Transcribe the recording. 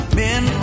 men